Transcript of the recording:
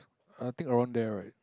I think around there right